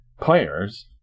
players